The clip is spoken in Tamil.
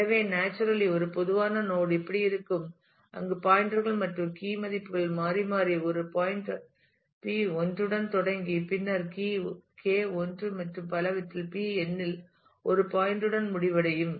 எனவே நேச்சுரலி ஒரு பொதுவான நோட் இப்படி இருக்கும் அங்கு பாயின்டர்கள் மற்றும் கீ மதிப்புகள் மாறி மாறி ஒரு பாயின்டர் P 1 உடன் தொடங்கி பின்னர் கீ K 1 மற்றும் பலவற்றில் P n இல் ஒரு பாயின்டுடன் முடிவடையும்